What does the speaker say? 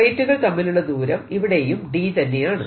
പ്ലേറ്റുകൾ തമ്മിലുള്ള ദൂരം ഇവിടെയും d തന്നെയാണ്